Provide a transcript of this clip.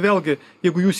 vėlgi jeigu jūs